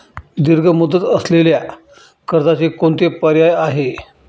दीर्घ मुदत असलेल्या कर्जाचे कोणते पर्याय आहे?